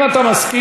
אם אתה מסכים,